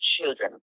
children